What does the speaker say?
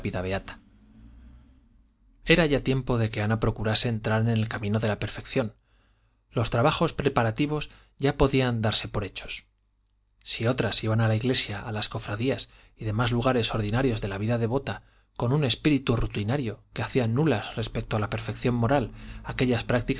era ya tiempo de que ana procurase entrar en el camino de la perfección los trabajos preparativos ya podían darse por hechos si otras iban a la iglesia a las cofradías y demás lugares ordinarios de la vida devota con un espíritu rutinario que hacía nulas respecto a la perfección moral aquellas